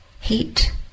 heat